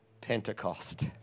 Pentecost